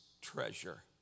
treasure